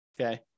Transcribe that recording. okay